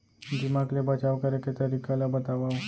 दीमक ले बचाव करे के तरीका ला बतावव?